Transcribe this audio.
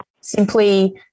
simply